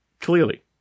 Clearly